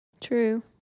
True